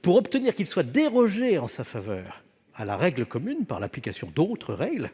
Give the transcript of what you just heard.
pour obtenir qu'il soit dérogé, en sa faveur, à la règle commune, par l'application d'autres règles-